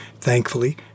Thankfully